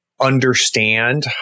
understand